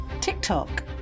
TikTok